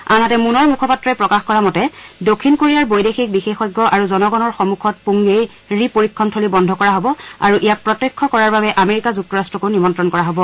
আনহাতে মুনৰ মুখপাত্ৰই প্ৰকাশ কৰা মতে দক্ষিণ কোৰিয়াৰ বৈদেশিক বিশেষজ্ঞ আৰু জনগণৰ সন্মুখত পুংগেই ৰি পৰীক্ষণ থলী বন্ধ কৰা হ'ব আৰু ইয়াক প্ৰত্যক্ষ কৰাৰ বাবে আমেৰিকা যুক্তৰাষ্টকো নিমন্তণ কৰা হ'ব